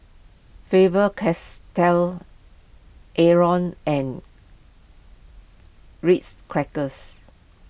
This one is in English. Faber Castell Avalon and Ritz Crackers